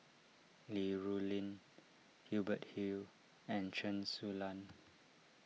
Li Rulin Hubert Hill and Chen Su Lan